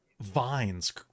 vines